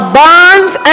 bonds